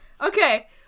Okay